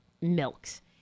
milks